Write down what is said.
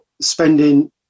spending